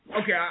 Okay